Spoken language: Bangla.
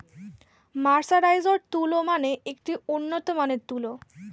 মার্সারাইজড তুলো মানে একটি উন্নত মানের তুলো